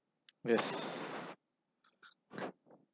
yes